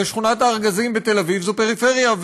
ושכונת-הארגזים בתל-אביב זו פריפריה,